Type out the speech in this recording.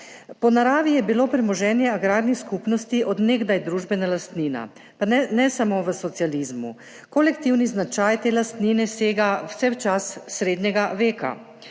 Po naravi je bilo premoženje agrarnih skupnosti od nekdaj družbena lastnina, pa ne samo v socializmu. Kolektivni značaj te lastnine sega vse v čas srednjega veka.